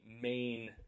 main